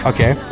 Okay